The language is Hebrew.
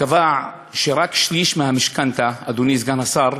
קבע שרק שליש מהמשכנתה, אדוני סגן השר,